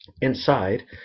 Inside